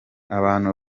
abantu